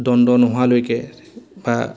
দ্বণ্ড নোহোৱালৈকে বা